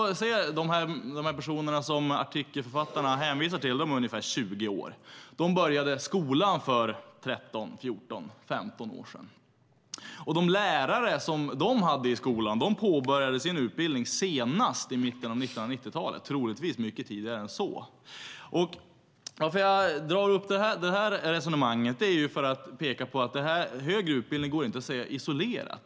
De personer som artikelförfattarna hänvisar till är ungefär 20 år. De började skolan för 13, 14, 15 år sedan. Och de lärare som de hade i skolan påbörjade sin utbildning senast i mitten av 1990-talet, troligtvis mycket tidigare än så. Jag drar upp det här resonemanget för att peka på att högre utbildning inte går att se isolerat.